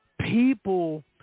People